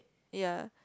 ya